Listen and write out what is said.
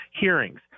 hearings